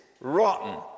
rotten